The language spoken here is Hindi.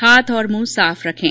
हाथ और मुंह साफ रखें